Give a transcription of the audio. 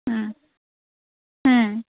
হুম হুম